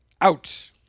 Out